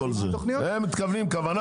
אבל למה מקביל?